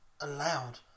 allowed